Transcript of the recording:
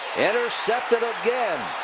intercepted again.